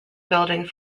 building